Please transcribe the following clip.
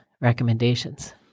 recommendations